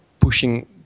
pushing